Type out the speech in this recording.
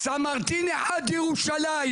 בסן מרטין 1 בירושלים,